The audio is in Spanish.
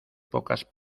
pocas